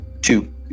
Two